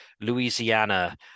Louisiana